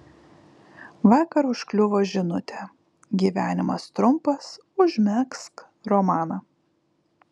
vakar užkliuvo žinutė gyvenimas trumpas užmegzk romaną